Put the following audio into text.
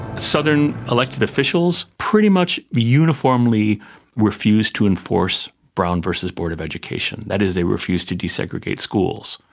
southern elected officials pretty much uniformly refused to enforce brown versus board of education. that is, they refused to desegregate schools.